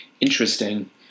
Interesting